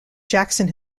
jackson